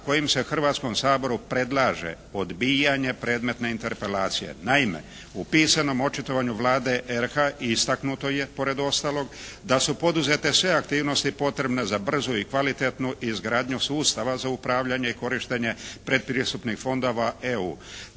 kojim se Hrvatskom saboru predlaže odbijanje predmetne interpelacije. Naime, u pisanom očitovanju Vlade RH istaknuto je pored ostalog da su poduzete sve aktivnosti potrebne za brzu i kvalitetnu izgradnju sustava za upravljanje i korištenje pretpristupnih fondova EU.